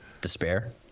despair